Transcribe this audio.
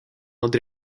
над